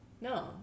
no